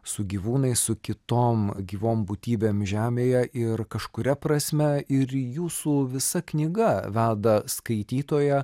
su gyvūnais su kitom gyvom būtybėm žemėje ir kažkuria prasme ir jūsų visa knyga veda skaitytoją